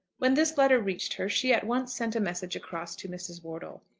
when this letter reached her, she at once sent a message across to mrs. wortle.